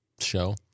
show